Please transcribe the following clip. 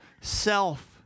self